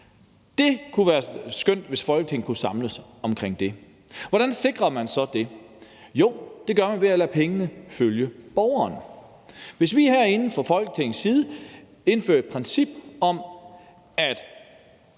Det kunne være skønt, hvis Folketinget kunne samles omkring det. Hvordan sikrer man så det? Det gør man ved at lade pengene følge borgeren. Hvis vi herinde fra Folketingets side indfører et princip om, at